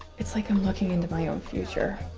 it's like i'm looking into my own future.